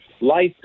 life